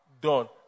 done